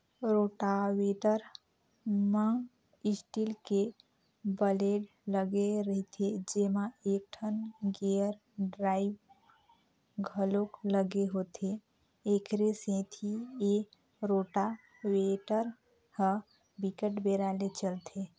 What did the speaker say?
rotavator म steel के blade लगे रहिथे जेमा एकठन गेयर ड्राइव घलोक लगे होथे, एखरे सेती ए रोटावेटर ह बिकट बेरा ले चलथे